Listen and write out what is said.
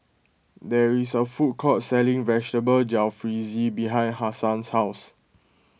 there is a food court selling Vegetable Jalfrezi behind Hassan's house